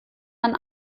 man